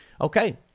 Okay